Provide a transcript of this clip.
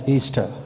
Easter